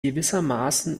gewissermaßen